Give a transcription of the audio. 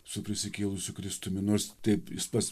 su prisikėlusiu kristumi nors taip jis pats